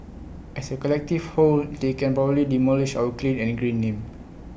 as A collective whole they can probably demolish our clean and green name